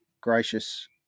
gracious